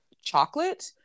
chocolate